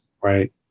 right